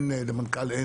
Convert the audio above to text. זה